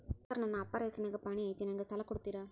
Sir ನನ್ನ ಅಪ್ಪಾರ ಹೆಸರಿನ್ಯಾಗ್ ಪಹಣಿ ಐತಿ ನನಗ ಸಾಲ ಕೊಡ್ತೇರಾ?